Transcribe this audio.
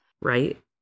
right